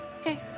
Okay